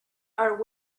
our